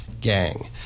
gang